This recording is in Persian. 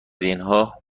اینها